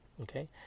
okay